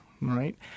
right